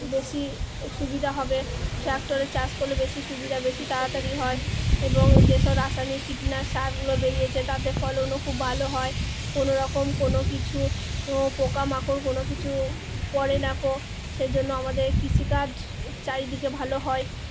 বেশি সুবিধা হবে ট্র্যাক্টরে চাষ করলে বেশি সুবিধা বেশি তাড়াতাড়ি হয় এবং যেসব রাসায়নিক কীটনাসক সারগুলো বেরিয়েছে তাদের ফলনও খুব ভালো হয় কোনোরকম কোনো কিছু পোকামাকড় কোনো কিছু পড়ে না সেই জন্য আমাদের কৃষিকাজ চারিদিকে ভালো হয়